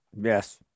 yes